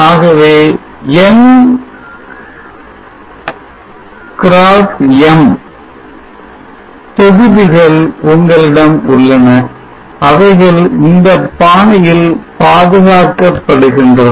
ஆகவே N x M தொகுதிகள் உங்களிடம் உள்ளன அவைகள் இந்தப் பாணியில் பாதுகாக்கப்படுகின்றன